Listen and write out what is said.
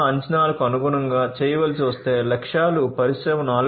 0 అంచనాలకు అనుగుణంగా చేయవలసి వస్తే లక్ష్యాలు పరిశ్రమ 4